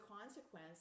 consequence